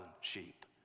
sheep